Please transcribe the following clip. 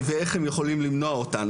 ואיך הם יכולים למנוע אותם.